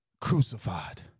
crucified